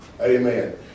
Amen